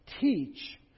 teach